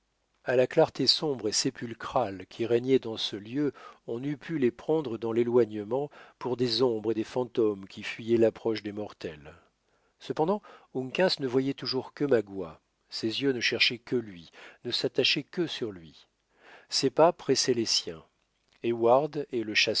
à la clarté sombre et sépulcrale qui régnait dans ce lieu on eût pu les prendre dans l'éloignement pour des ombres et des fantômes qui fuyaient l'approche des mortels cependant uncas ne voyait toujours que magua ses yeux ne cherchaient que lui ne s'attachaient que sur lui ses pas pressaient les siens heyward et le